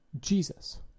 Jesus